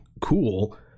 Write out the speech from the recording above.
cool